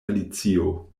alicio